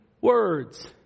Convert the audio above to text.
words